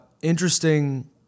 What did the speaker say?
interesting